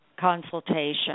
consultation